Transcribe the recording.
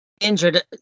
injured